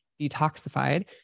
detoxified